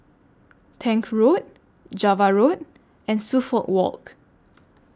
Tank Road Java Road and Suffolk Walk